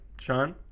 Sean